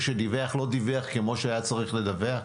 שדיווח לא דיווח כמו שהיה צריך לדווח?